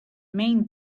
main